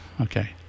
okay